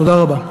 תודה רבה.